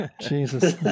Jesus